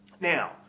Now